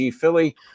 Philly